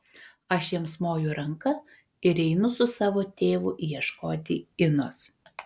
aš jiems moju ranka ir einu su savo tėvu ieškoti inos